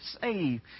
save